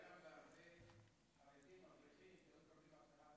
זה פגע גם בהרבה חרדים אברכים שהיו מקבלים הבטחת הכנסה.